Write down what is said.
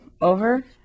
over